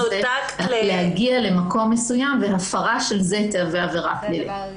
עומדים על זה שהפרה של זה לא תהפוך להיות עבירה פלילית.